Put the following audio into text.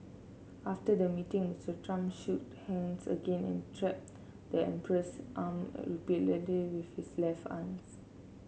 after the meeting Mister Trump shook hands again and tapped the emperor's arm repeatedly with his left arms